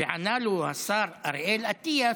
וענה לו השר אריאל אטיאס: